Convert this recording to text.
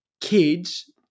kids